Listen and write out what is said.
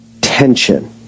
tension